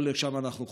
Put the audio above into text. לא לשם אנחנו חותרים.